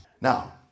Now